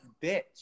bitch